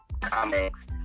comics